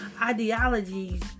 ideologies